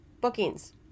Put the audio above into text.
bookings